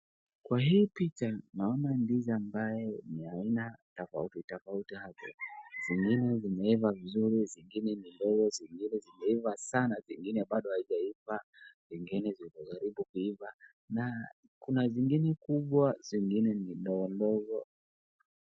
Kwa hii picha naona ndizi ambaye ni ya aina tofauti tofauti hapo. Zingine zimeiva vizuri, zingine ni ndogo, zingine ni zimeiva sana, zingine bado haijaiva, zingine ziko karibu kuiva na kuna zingine kubwa, zingine ni ndogo ndogo.